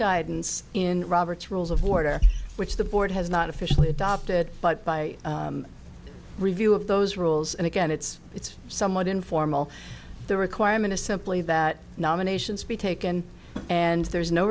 guidance in robert's rules of order which the board has not officially adopted but by review of those rules and again it's it's somewhat informal the requirement is simply that nominations be taken and there's no